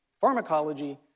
pharmacology